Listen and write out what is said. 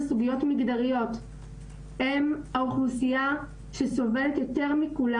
סוגיות מגדריות - הם האוכלוסייה שסובלת יותר מכולם.